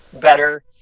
better